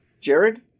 Jared